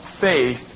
faith